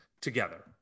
together